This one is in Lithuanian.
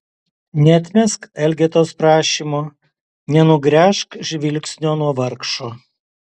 neatmesk elgetos prašymo nenugręžk žvilgsnio nuo vargšo